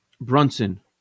Brunson –